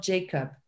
Jacob